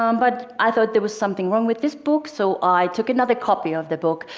um but i thought there was something wrong with this book, so i took another copy of the book,